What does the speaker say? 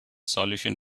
solution